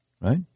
right